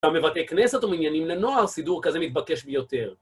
גם בבתי כנסת או מניינים לנוער, סידור כזה מתבקש ביותר.